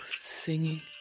singing